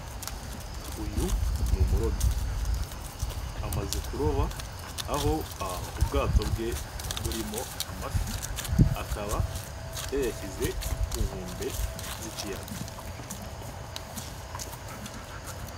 Uyu ni umurobyi, amaze kuroba, aho ubwato bwe burimo amafi, akaba yayashyize ku nkombe z'ikiyaga.